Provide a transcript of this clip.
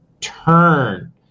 turn